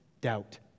doubt